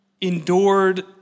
Endured